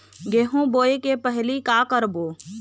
गेहूं बोए के पहेली का का करबो?